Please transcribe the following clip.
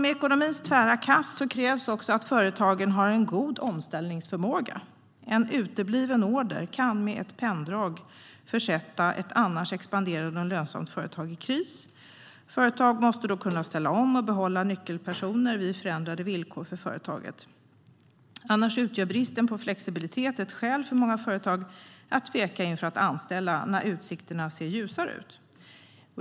Med ekonomins tvära kast krävs det att företagen har god omställningsförmåga. En utebliven order kan med ett penndrag försätta ett annars expanderande och lönsamt företag i kris. Företag måste kunna ställa om och behålla nyckelpersoner vid förändrade villkor för företaget. Annars utgör bristen på flexibilitet ett skäl för många företag att tveka inför att anställa när utsikterna ser ljusare ut.